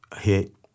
hit